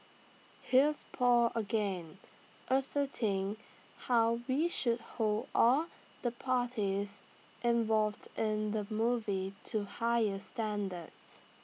here's Paul again asserting how we should hold all the parties involved in the movie to higher standards